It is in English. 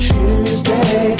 Tuesday